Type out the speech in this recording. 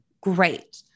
Great